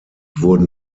wurden